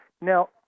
Now